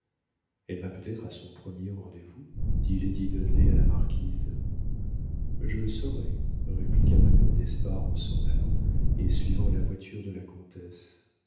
elle va peut-être à son premier rendez-vous dit lady dudley à la marquise je le saurai répliqua madame d'espard en s'en allant et suivant la voiture de la comtesse